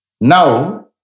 Now